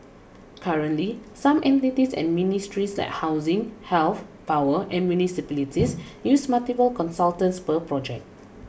currently some entities and ministries like housing health power and municipalities use multiple consultants per project